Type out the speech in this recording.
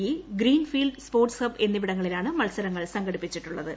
E green field sports hub എന്നിവിടങ്ങളിലാണ് മത്സരങ്ങൾ സംഘടിപ്പിച്ചിട്ടുള്ളത്